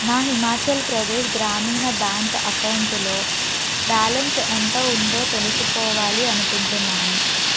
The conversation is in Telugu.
నా హిమాచల్ ప్రదేశ్ గ్రామీణ బ్యాంక్ అకౌంటులో బ్యాలన్స్ ఎంత ఉందో తెలుసుకోవాలి అనుకుంటున్నాను